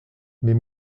mais